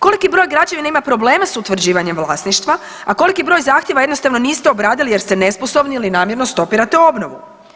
Koliki broj građevina ima probleme s utvrđivanjem vlasništva, a koliki broj zahtjeva jednostavno niste obradili jer ste nesposobni ili namjerno stopirate obnovu?